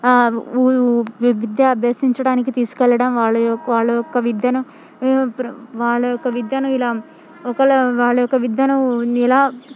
ఆ విద్య అభ్యసించడానికి తీసుకు వెళ్లడం వాళ్ళ వాళ్ళ యొక్క విద్యను వాళ్ళ యొక్క విద్యను ఇలా ఒక వాళ్ళు యొక్క విద్యను ఇలా